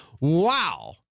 Wow